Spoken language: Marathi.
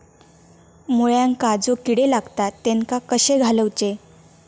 मुळ्यांका जो किडे लागतात तेनका कशे घालवचे?